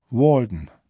Walden